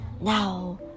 Now